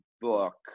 Book